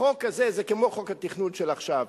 החוק הזה זה כמו התכנון של עכשיו.